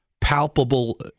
palpable